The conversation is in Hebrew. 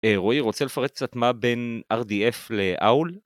רועי, רוצה לפרט קצת מה בין RDF ל-OWL?